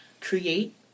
create